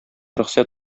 рөхсәт